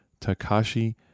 Takashi